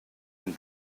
nous